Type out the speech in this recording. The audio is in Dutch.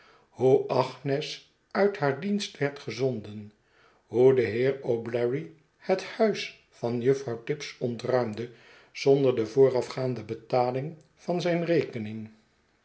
hoe agnes uit haar dienst werd gezonden hoe de heer o'bleary het huis van juffrouw tibbs ontruimde zonder de voorafgaande betaling van zijn rekening